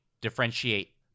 differentiate